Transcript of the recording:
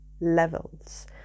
levels